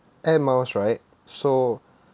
air miles right so